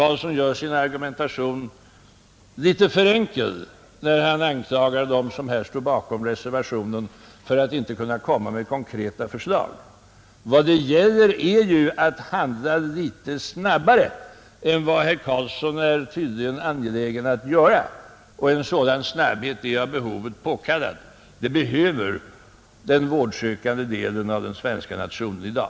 Herr Karlsson gör sin argumentation litet för enkel när han anklagar dem som står bakom reservationen för att inte kunna komma med konkreta förslag. Vad det gäller är att handla litet snabbare än herr Karlsson tydligen är angelägen om att göra och en sådan snabbhet är av behovet påkallad. Den vårdsökande delen av svenska folket behöver den i dag.